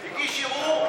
הגיש ערעור,